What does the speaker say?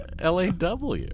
Law